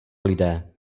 lidé